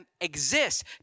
exist